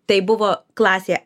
tai buvo klasėje